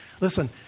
Listen